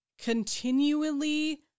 continually